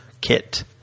kit